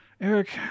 Eric